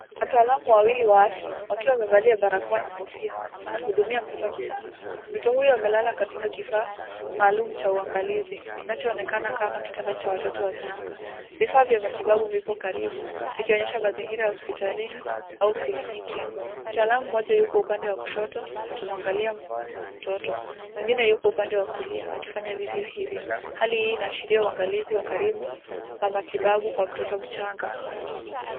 Wataalamu wawili wa afya wakiwa wamevalia barakoa na kofia, wakiwa wanaudhumia mtoto mchanga, mtoto huyo amelala katika kifaa maalum cha uangalizi kinacho onekana kama kitanda cha watoto wachanga. Cifaa vya viko karibu vilionyesha mazingira ya hospitalini au kliniki. Mtaalamu mmoja huko upande wa kushoto akimwangalia mtoto. Mwingine huko upande wa kulia akifanya vivyo hivyo. Hali hii inaashiria uangalizi wa karibu Wa matibabu kwa mtoto mchanga.